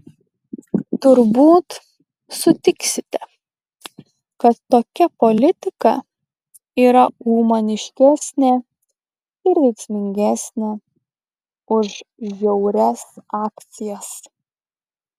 turbūt sutiksite kad tokia politika yra humaniškesnė ir veiksmingesnė už žiaurias akcijas